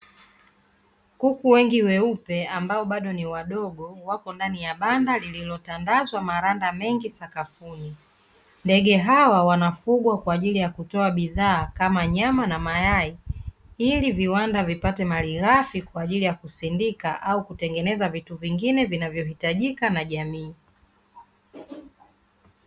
Kuku wengi weupe ambao bado ni wadogo wapo ndani ya banda lililo tandazwa maranda mengi sakafuni, ndege hawa wanafugwa kwa ajili ya kutoa bidhaa kama nyama na mayai ili viwanda vipate mali ghafi kwa ajili ya kusindika au kutengeneza vitu vingine vinavyo hitajika na jamii.